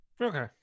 Okay